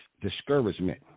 discouragement